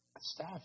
staff